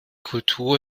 kultur